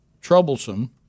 troublesome